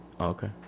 okay